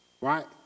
right